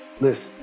listen